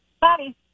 Bye